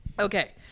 Okay